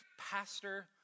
pastor